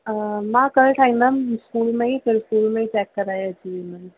मां कल्ह ठाहींदमि स्कूल में ई फ़िर स्कूल में ई चेक कराए अची वेंदमि